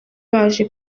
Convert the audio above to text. baje